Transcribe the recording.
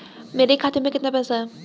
मेरे खाते में कितना पैसा है?